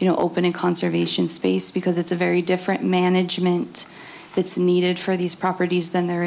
you know opening conservation space because it's a very different management that's needed for these properties than there